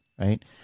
right